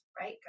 right